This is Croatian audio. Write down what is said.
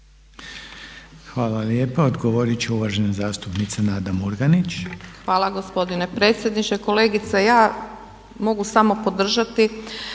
Hvala lijepo. Odgovorit će uvažena zastupnica Nada Murganić. **Murganić, Nada (HDZ)** Hvala gospodine predsjedniče. Kolegice, ja mogu samo podržati